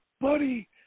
Buddy